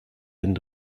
end